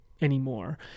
anymore